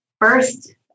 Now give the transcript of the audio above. first